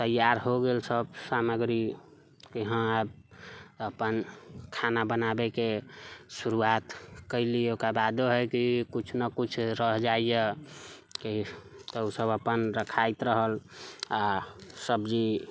तैयार हो गेल सभ सामग्री कि हँ आब अपन खाना बनाबैके शुरुआत कयली ओकर बादो है कि किछु न किछु रह जाइया कि तऽ ओसभ अपन रखाइत रहल आ सब्जी